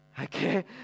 Okay